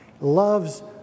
Loves